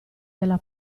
della